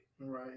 Right